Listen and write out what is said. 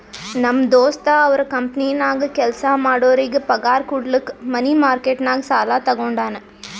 ನಮ್ ದೋಸ್ತ ಅವ್ರ ಕಂಪನಿನಾಗ್ ಕೆಲ್ಸಾ ಮಾಡೋರಿಗ್ ಪಗಾರ್ ಕುಡ್ಲಕ್ ಮನಿ ಮಾರ್ಕೆಟ್ ನಾಗ್ ಸಾಲಾ ತಗೊಂಡಾನ್